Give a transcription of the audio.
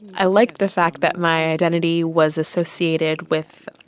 i liked the fact that my identity was associated with,